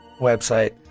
website